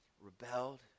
rebelled